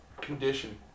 Condition